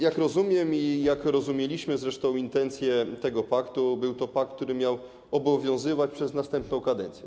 Jak rozumiem - tak rozumieliśmy zresztą intencje tego paktu - był to pakt, który miał obowiązywać przez następną kadencję.